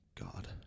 God